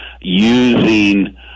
using